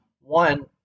one